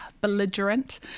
belligerent